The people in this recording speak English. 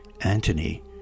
Antony